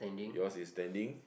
yours is standing